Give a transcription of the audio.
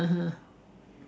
(uh huh)